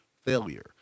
failure